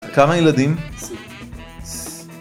כמה ילדים?